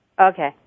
Okay